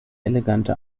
elegante